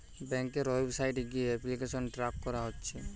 ব্যাংকের ওয়েবসাইট গিয়ে application track কোরা যাচ্ছে